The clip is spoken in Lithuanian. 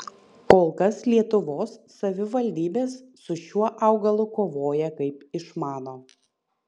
kol kas lietuvos savivaldybės su šiuo augalu kovoja kaip išmano